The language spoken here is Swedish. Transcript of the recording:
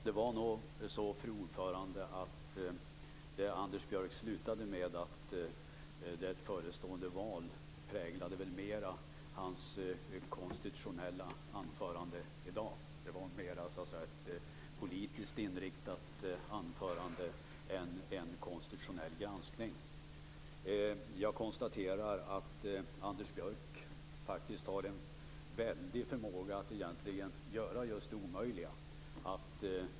Fru talman! Det som Anders Björck tog upp sist, det förestående valet, präglade nog hans konstitutionella anförande i dag. Det var mer ett politiskt inriktat anförande än en konstitutionell granskning. Jag konstaterar att Anders Björck har en stor förmåga att göra det omöjliga.